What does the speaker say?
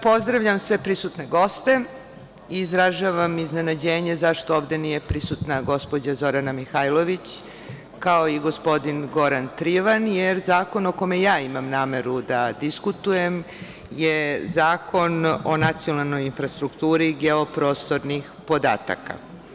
Pozdravljam sve prisutne goste i izražavam iznenađenje zašto ovde nije prisutna gospođa Zorana Mihajlović, kao i gospodin Goran Trivan jer zakon o kome ja imam nameru da diskutujem je Zakon o nacionalnoj infrastrukturi geoprostornih podataka.